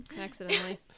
accidentally